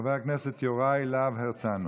חבר הכנסת יוראי להב הרצנו.